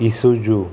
Isuzu